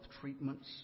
treatments